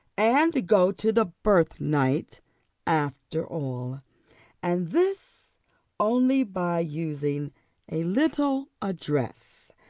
and go to the birthnight after all and this only by using a little address,